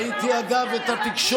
ראיתי, אגב, את התקשורת.